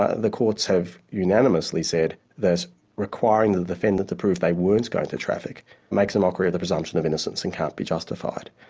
ah the courts have unanimously said that requiring the defendant to prove they weren't going to traffic makes a mockery of the presumption of innocence and can't be justified.